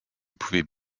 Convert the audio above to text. pouvaient